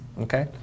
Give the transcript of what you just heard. Okay